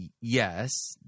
Yes